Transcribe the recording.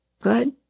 good